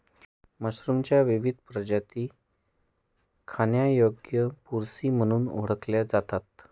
मशरूमच्या विविध प्रजाती खाण्यायोग्य बुरशी म्हणून ओळखल्या जातात